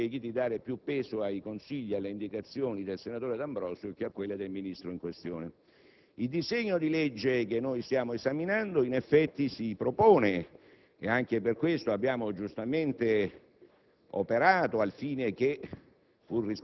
Mi permetterà, signor Presidente, onorevoli colleghi, di dare più peso ai consigli e alle indicazioni del senatore D'Ambrosio che a quelle del Ministro in questione. Per il disegno di legge che stiamo esaminando, in effetti, ci si propone (ed anche per questo abbiamo giustamente